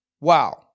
Wow